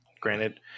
granted